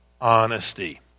honesty